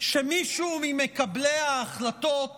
שמישהו ממקבלי ההחלטות